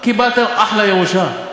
קיבלתם אחלה ירושה.